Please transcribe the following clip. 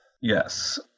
Yes